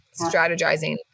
strategizing